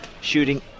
shooting